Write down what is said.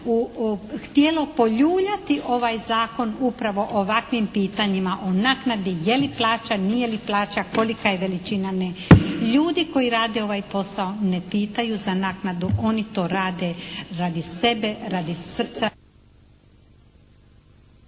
htjelo poljuljati ovaj zakon upravo ovakvim pitanjima o naknadi je li plaća, nije li plaća, kolika je veličina. Ljudi koji rade ovaj posao ne pitaju za naknadu. Oni to rade radi sebe, radi srca